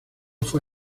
fue